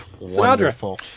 Wonderful